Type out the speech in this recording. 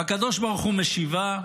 "והקדוש ברוך הוא משיבה: